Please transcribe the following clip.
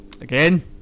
again